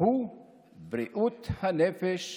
הוא בריאות הנפש